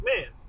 man